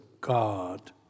God